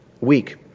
week